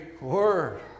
word